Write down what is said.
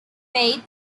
faith